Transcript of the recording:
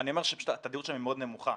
אני אומר שהתדירות שם מאוד נמוכה.